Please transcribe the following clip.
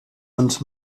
und